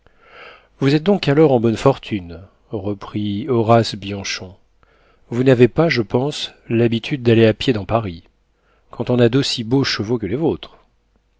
vous êtes donc alors en bonne fortune reprit horace bianchon vous n'avez pas je pense l'habitude d'aller à pied dans paris quand on a d'aussi beaux chevaux que les vôtres